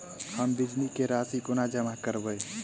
हम बिजली कऽ राशि कोना जमा करबै?